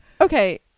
okay